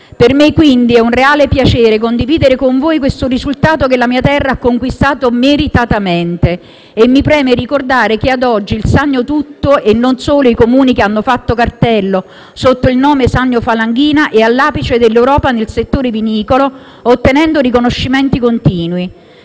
Per me, quindi, è un reale piacere condividere con voi questo risultato che la mia terra ha conquistato meritatamente e mi preme ricordare che ad oggi il Sannio tutto, e non solo i Comuni che hanno fatto cartello sotto il nome Sannio Falanghina, è all'apice dell'Europa nel settore vinicolo, ottenendo riconoscimenti continui.